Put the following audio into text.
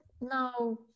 now